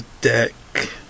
deck